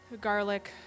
garlic